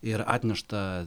ir atneštą